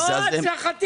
מה אני?